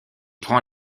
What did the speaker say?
prend